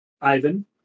Ivan